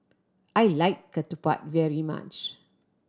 I like ketupat very much